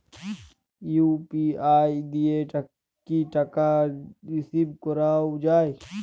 UPI দিয়ে কি টাকা রিসিভ করাও য়ায়?